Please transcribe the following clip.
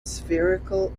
spherical